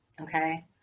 Okay